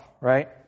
right